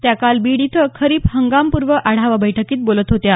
त्या काल बीड इथं खरीप हंगामपूर्व आढावा बैठकीत बोलत होत्या